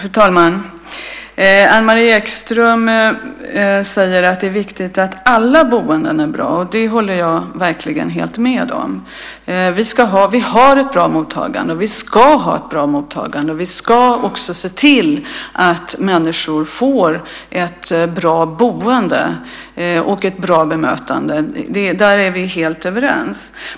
Fru talman! Anne-Marie Ekström säger att det är viktigt att alla boenden är bra. Det håller jag verkligen helt med om. Vi har ett bra mottagande och vi ska ha ett bra mottagande. Vi ska också se till att människor får ett bra boende och ett bra bemötande. Där är vi helt överens.